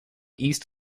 east